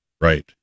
Right